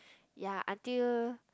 ya until